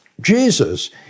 Jesus